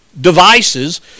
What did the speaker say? devices